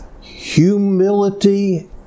humility